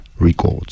Records